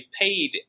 paid